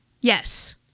Yes